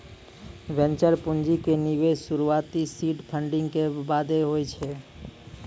venture पूंजी के निवेश शुरुआती सीड फंडिंग के बादे होय छै